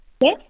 Yes